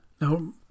Now